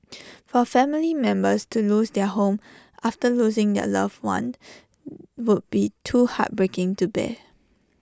for family members to lose their home after losing their loved one would be too heartbreaking to bear